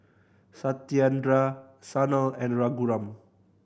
Satyendra Sanal and Raghuram